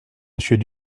monsieur